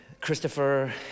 Christopher